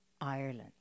Ireland